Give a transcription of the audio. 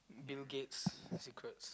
Bill-Gates secrets